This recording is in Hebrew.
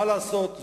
מה לעשות,